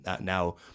now